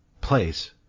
place